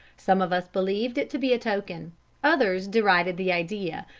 some of us believed it to be a token others derided the idea.